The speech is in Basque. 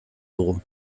dugu